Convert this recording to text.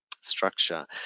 structure